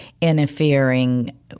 interfering